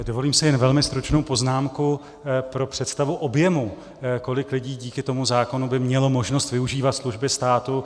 Dovolím si jen velmi stručnou poznámku pro představu objemu, kolik lidí díky tomu zákonu by mělo možnost využívat služby státu.